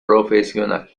profesional